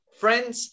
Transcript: friends